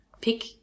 pick